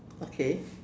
okay